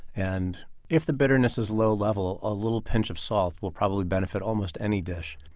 and if the bitterness is low level, a little pinch of salt will probably benefit almost any dish